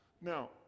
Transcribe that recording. now